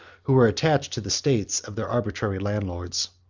who were attached to the estates of their arbitrary landlords.